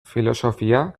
filosofia